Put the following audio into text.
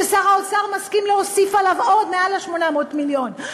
ששר האוצר מסכים להוסיף עליו עוד מעל 800 המיליון,